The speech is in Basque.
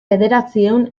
bederatziehun